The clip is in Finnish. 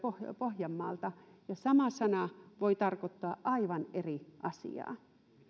pohjanmaalta ja sama sana voi tarkoittaa aivan eri asiaa